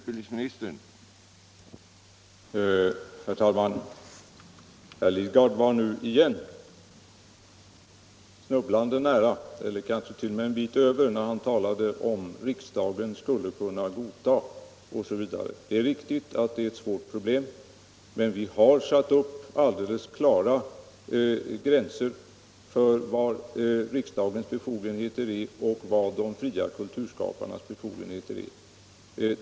Herr talman! Herr Lidgard var nu igen snubblande nära gränsen eller kanske t.o.m. en bit över den när han ifrågasatte om riksdagen skulle kunna godta en produkt av detta slag. Det är riktigt att detta är ett svårt problem, men vi har satt upp alldeles klara gränser för riksdagens befogenheter och för de fria kulturskaparnas befogenheter.